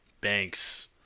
Banks